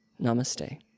Namaste